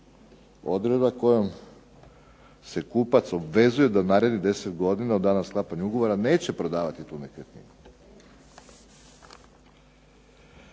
odredba kojom se kupac obvezuje da u narednih 10 godina od dana sklapanja ugovora neće prodavati tu nekretninu.